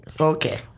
Okay